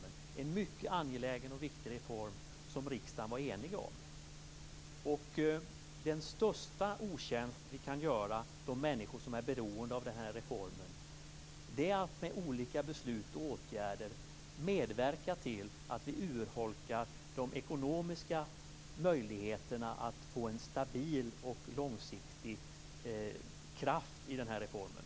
Det är en mycket angelägen och viktig reform som riksdagen var enig om. Den största otjänst som vi kan göra de människor som är beroende av reformen är att med olika beslut och åtgärder medverka till att vi urholkar de ekonomiska möjligheterna att få en stabil och långsiktig kraft i reformen.